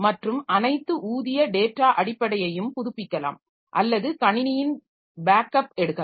மற்றும் அனைத்து ஊதிய டேட்டா அடிப்படையையும் புதுப்பிக்கலாம் அல்லது கணினியின் பேக்கப் எடுக்கலாம்